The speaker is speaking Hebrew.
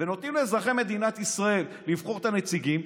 ונותנים לאזרחי מדינת ישראל לבחור את הנציגים,